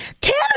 Canada